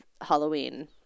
Halloween